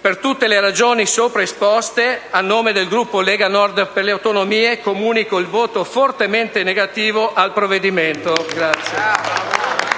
Per tutte le ragioni sopra esposte, a nome del Gruppo Lega Nord e Autonomie, comunico il voto fortemente negativo sul provvedimento.